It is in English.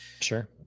sure